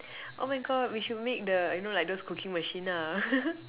oh my God we should make the you know like those cooking machine lah